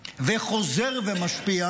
וחוזרים ומשפיעים.